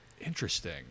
interesting